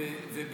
דבר